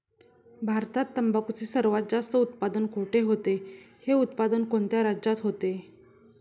भारतात तंबाखूचे सर्वात जास्त उत्पादन कोठे होते? हे उत्पादन कोणत्या राज्यात होते?